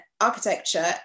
architecture